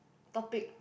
topic